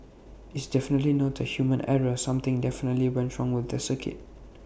it's definitely not A human error something definitely went wrong with the circuit